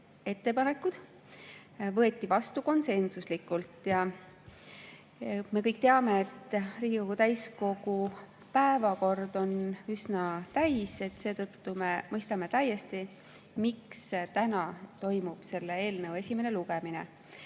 ettepanekud võeti vastu konsensuslikult. Me kõik teame, et Riigikogu täiskogu päevakord on üsna täis, seetõttu me mõistame täiesti, miks selle eelnõu esimene lugemine